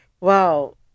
Wow